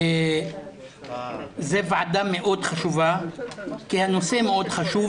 זו ועדה מאוד חשובה, כי הנושא מאוד חשוב.